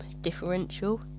Differential